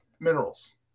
Minerals